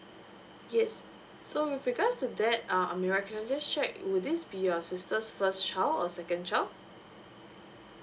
yes so with regards to that uh amirah can I just check will this be your sisters first child or second child